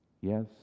Yes